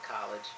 college